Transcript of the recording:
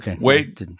wait